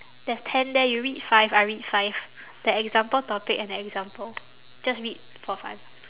there's ten there you read five I read five that example topic and example just read for fun